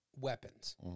weapons